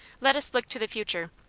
let us look to the future.